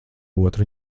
otru